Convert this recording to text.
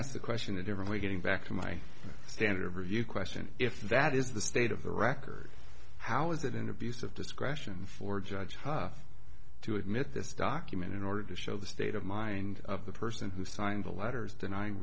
ask the question a different way getting back to my standard of review question if that is the state of the record how is it in abuse of discretion for a judge tough to admit this document in order to show the state of mind of the person who signed the letters denying